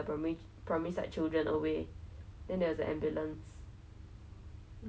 like play until so excited that she didn't even see what was happening then 就是不小心跌倒